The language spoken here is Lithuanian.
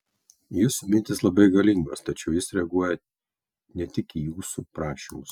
jūsų mintys labai galingos tačiau jis reaguoja ne tik į jūsų prašymus